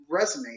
resonate